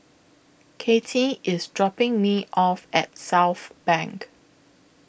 Kattie IS dropping Me off At Southbank